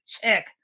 check